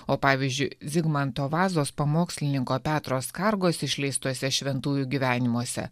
o pavyzdžiui zigmanto vazos pamokslininko petro skargos išleistuose šventųjų gyvenimuose